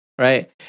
right